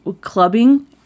clubbing